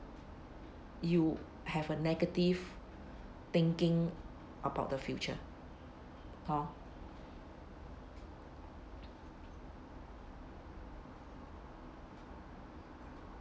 you have a negative thinking about the future hor